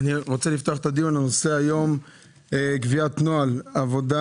אני רוצה לפתוח את הדיון בנושא: קביעת נוהל עבודה